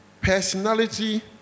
personality